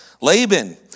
Laban